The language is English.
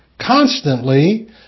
constantly